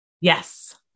Yes